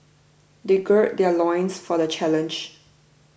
they gird their loins for the challenge